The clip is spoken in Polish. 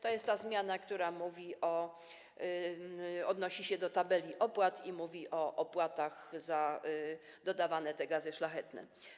To jest ta zmiana, która odnosi się do tabeli opłat i mówi o opłatach za dodawane gazy szlachetne.